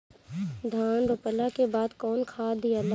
धान रोपला के बाद कौन खाद दियाला?